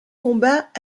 combats